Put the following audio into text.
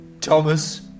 Thomas